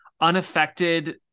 unaffected